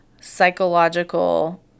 psychological